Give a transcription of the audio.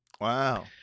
Wow